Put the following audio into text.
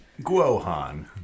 guohan